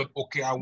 okay